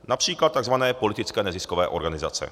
Například takzvané politické neziskové organizace.